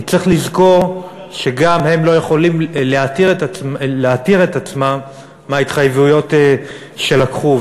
כי צריך לזכור שגם הם לא יכולים להתיר את עצמם מההתחייבויות שלקחו.